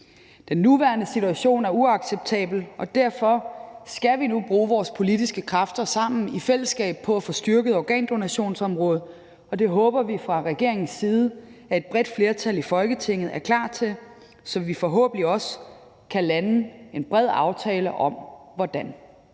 Den nuværende situation er uacceptabel, og derfor skal vi nu bruge vores politiske kræfter sammen i fællesskab på at få styrket organdonationsområdet. Og det håber vi fra regeringens side at et bredt flertal i Folketinget er klar til, så vi forhåbentlig også kan lande en bred aftale om hvordan.